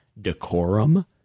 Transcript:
Decorum